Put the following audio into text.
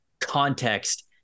context